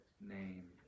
name